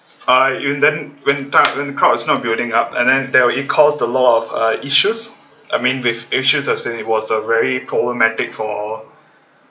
uh then when ty~ when the crowd is start building up and then they'll it caused a lot of uh issues I mean with issues as in it was a very problematic for